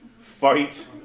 Fight